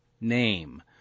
name